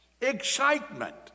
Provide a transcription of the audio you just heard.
excitement